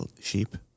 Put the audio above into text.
Sheep